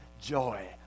joy